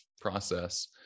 process